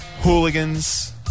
hooligans